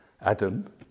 Adam